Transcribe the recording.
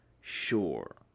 Sure